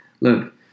Look